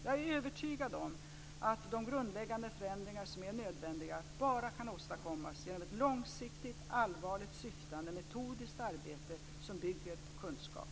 Jag är övertygad om att de grundläggande förändringar som är nödvändiga bara kan åstadkommas genom ett långsiktigt, allvarligt syftande, metodiskt arbete som bygger på kunskap.